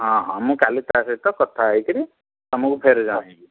ହଁ ହଁ ମୁଁ କାଲି ତା'ସହିତ କଥା ହେଇ କରି ତୁମକୁ ଫେରେ ଜଣାଇବି